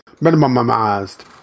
minimized